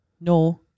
No